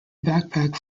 backpack